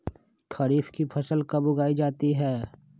खरीफ की फसल कब उगाई जाती है?